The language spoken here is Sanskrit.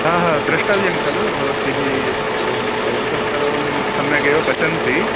ह ह द्रष्टव्यं खलु भवद्भिः सर्वं भवन्तः सर्वं सम्यगेव पचन्ति